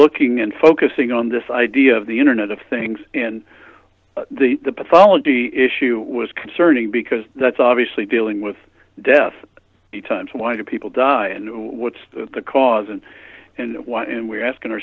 looking and focusing on this idea of the internet of things and the pathology issue was concerning because that's obviously dealing with death the times why do people die and what's the cause and why and we're asking